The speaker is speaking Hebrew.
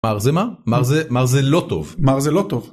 מר זה מה? מר זה לא טוב. מר זה לא טוב.